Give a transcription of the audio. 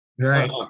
Right